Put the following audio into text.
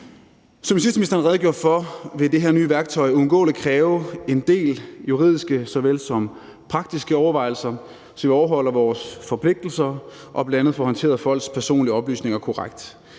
Som justitsministeren redegjorde for, vil det her nye værktøj uundgåeligt kræve såvel en del juridiske som praktiske overvejelser, så vi overholder vores forpligtelser og bl.a. får håndteret folks personlige oplysninger korrekt.